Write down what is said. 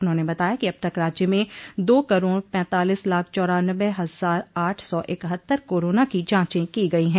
उन्होंने बताया कि अब तक राज्य में दो करोड़ पैंतालिस लाख चौरान्नबे हजार आठ सौ इकहत्तर करोना की जांचे की गई हैं